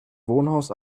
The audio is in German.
wohnhaus